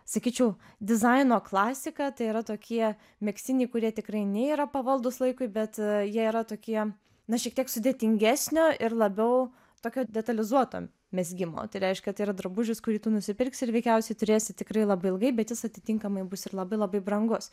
sakyčiau dizaino klasika tai yra tokie megztiniai kurie tikrai nei yra pavaldūs laikui bet jie yra tokie na šiek tiek sudėtingesnio ir labiau tokio detalizuoto mezgimo tai reiškia tai yra drabužis kurį tu nusipirksi ir veikiausiai turėsi tikrai labai ilgai bet jis atitinkamai bus ir labai labai brangus